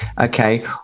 okay